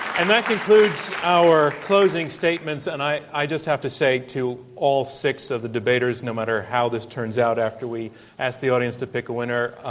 and that concludes our closing statements and i i just have to say to all six of the debaters, no matter how this turns out after we ask the audience to pick a winner,